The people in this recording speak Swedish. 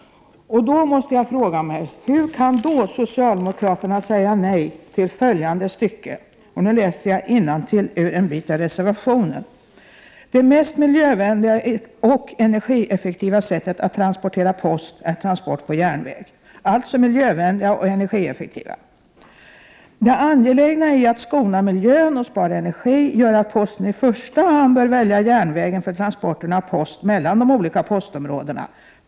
Då frågar jag mig: Hur kan socialdemokraterna säga nej till följande — jag citerar ur reservationen: ”Det mest miljövänliga och energieffektiva sättet att transportera post är transport på järnväg. Det angelägna i att skona miljön och att spara energi gör att posten i första hand bör välja järnvägen för transporterna av post mellan de olika postområdena.